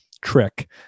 trick